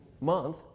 month